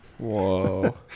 Whoa